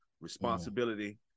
responsibility